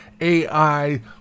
AI